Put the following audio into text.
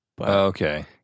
Okay